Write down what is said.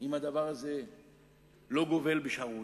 אם הדבר הזה לא גובל בשערורייה.